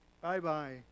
Bye-bye